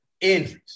injuries